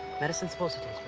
medicine's supposed